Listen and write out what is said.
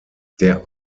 der